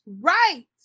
right